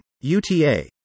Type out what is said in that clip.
UTA